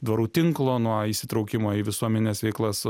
dvarų tinklo nuo įsitraukimo į visuomenės veiklas